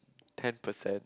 ten percent